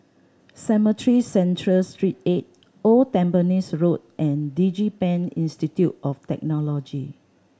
Cemetry Central Street Eight Old Tampines Road and DigiPen Institute of Technology